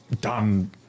done